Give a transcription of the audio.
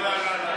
לא, לא, לא, לא.